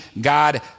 God